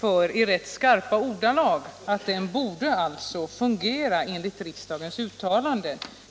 har i rätt skarpa ordalag markerat att tillämpningen av produktkontrollagen borde ske enligt riksdagens uttalande.